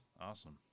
awesome